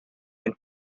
and